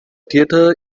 theater